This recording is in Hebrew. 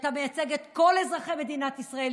כשאתה מייצג את כל אזרחי מדינת ישראל,